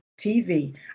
TV